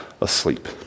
asleep